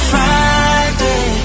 Friday